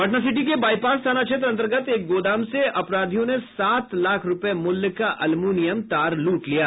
पटनासिटी के बाईपास थाना क्षेत्र अंतर्गत एक गोदाम से अपराधियों ने सात लाख रूपये मूल्य का अल्युमीनियम तार लूट लिया